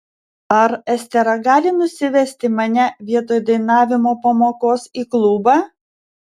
ar estera gali nusivesti mane vietoj dainavimo pamokos į klubą